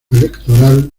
electoral